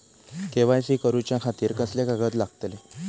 KYC करूच्या खातिर कसले कागद लागतले?